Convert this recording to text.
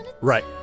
Right